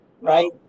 Right